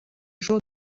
jour